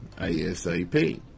ASAP